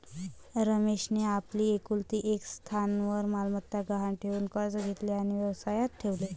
रमेशने आपली एकुलती एक स्थावर मालमत्ता गहाण ठेवून कर्ज घेतले आणि व्यवसायात ठेवले